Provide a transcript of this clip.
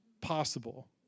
possible